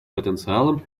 потенциалом